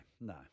no